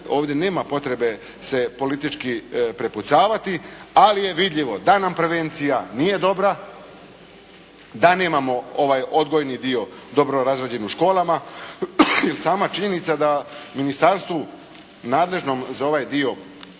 Ovdje nema potrebe se politički prepucavati ali je vidljivo da nam prevencija nije dobra, da nemamo ovaj odgojni dio dobro razrađen u školama. I sama činjenica da ministarstvu nadležnom za ovaj dio